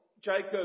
Jacob